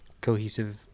cohesive